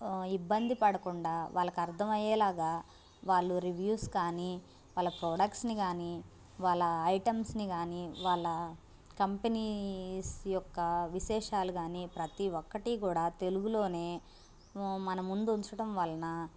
ఇబ్బంది పడకుండా వాళ్ళకి అర్థమయ్యేలా వాళ్ళు రివ్యూస్ కానీ వాళ్ళ ప్రొడక్ట్స్ని కానీ వాళ్ళ ఐటమ్స్ని కానీ వాళ్ళ కంపెనీస్ యొక్క విశేషాలు కానీ ప్రతి ఒక్కటి కూడా తెలుగులోనే మనముందు ఉంచడం వలన